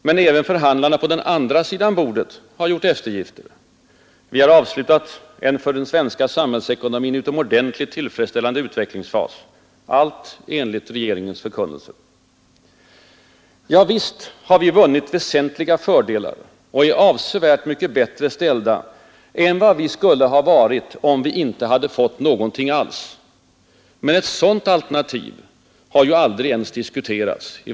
Men även förhandlarna på den andra sidan bordet har gjort eftergifter. Vi har avslutat en för den svenska samhällsekonomin utomordentligt tillfredsställande utvecklingsfas. — Allt enligt regeringens förkunnelser. Ja, visst har vi vunnit väsentliga fördelar och är avsevärt mycket bättre ställda än vad vi skulle ha varit om vi inte fått någonting alls. Men ett sådant alternativ hade aldrig ens diskuterats.